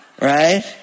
right